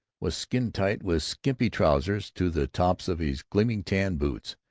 was skin-tight, with skimpy trousers to the tops of his glaring tan boots,